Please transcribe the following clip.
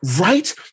Right